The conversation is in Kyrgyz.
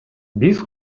биз